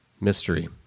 Mystery